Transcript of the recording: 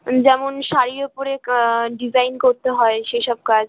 এই যেমন শাড়ির ওপরে কা ডিজাইন করতে হয় সেসব কাজ